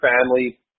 family